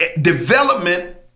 development